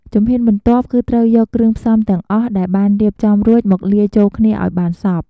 ជំហានបន្ទាប់ គឺត្រូវយកគ្រឿងផ្សំទាំងអស់ដែលបានរៀបចំរួចមកលាយចូលគ្នាឱ្យបានសព្វ